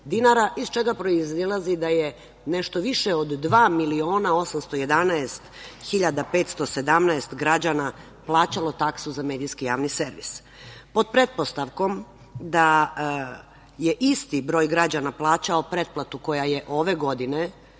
dinara, iz čega proizilazi da je nešto više od 2.811.517 građana plaćalo taksu za medijski javni servis. Pod pretpostavkom da je isti broj građana plaćao pretplatu koja je ove godine